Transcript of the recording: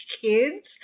Kids